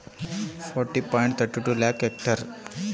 ನಮ್ಮ ಕರ್ನಾಟಕದಲ್ಲಿ ಎಷ್ಟು ನೇರಾವರಿ ಭೂಮಿ ಇದೆ?